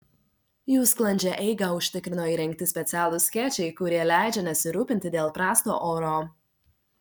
jų sklandžią eigą užtikrino įrengti specialūs skėčiai kurie leidžia nesirūpinti dėl prasto oro